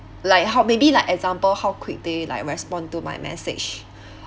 like how maybe like example how quick they like respond to my message